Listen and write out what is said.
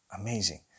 Amazing